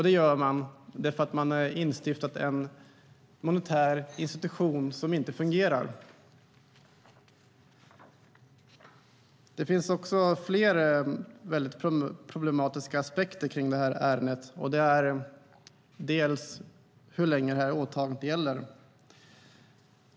Det beror på att man har instiftat en monetär institution som inte fungerar. Det finns fler problematiska aspekter med ärendet. Det handlar delvis om hur länge åtagandet gäller.